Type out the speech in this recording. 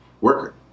worker